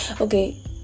Okay